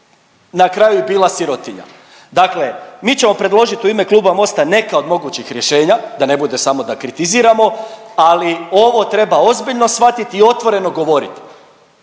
na kraju bila sirotinja. Dakle, mi ćemo predložiti u ime Kluba MOST-a neke od mogućih rješenja da ne bude samo da kritiziramo, ali ovo treba ozbiljno shvatiti i otvoreno govorit.